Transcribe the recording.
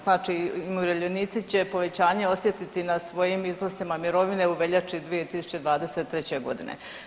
Znači, umirovljenici će povećanje osjetiti na svojim iznosima mirovine u veljači 2023. godine.